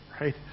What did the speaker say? right